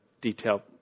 detailed